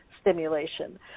stimulation